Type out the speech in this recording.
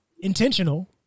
intentional